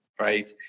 right